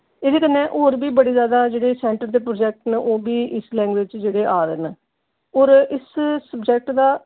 एह्दे कन्नै होर बी बड़े जैदा जेह्ड़े सैंटर दे प्रोजैक्ट न ओह् बी इस लैंग्वेज च जेह्ड़े न आ दे न और इस सब्जैक्ट दा